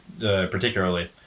particularly